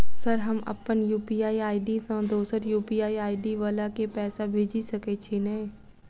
Sir हम अप्पन UPI ID सँ दोसर यु.पी.आई आई.डी वला केँ पैसा भेजि सकै छी नै?